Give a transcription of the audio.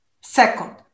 Second